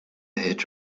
hitch